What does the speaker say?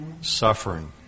suffering